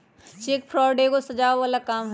cheque fraud एगो सजाओ बला काम हई